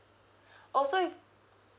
also if